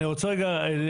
אני רוצה להתקדם.